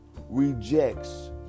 rejects